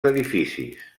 edificis